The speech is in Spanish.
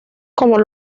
como